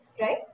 right